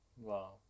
Wow